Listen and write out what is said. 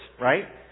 right